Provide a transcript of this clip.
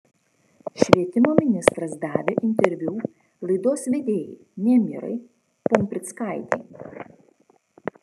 švietimo ministras davė interviu laidos vedėjai nemirai pumprickaitei